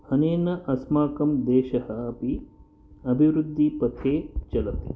अनेन अस्माकं देशः अपि अभिवृद्धिपथे चलति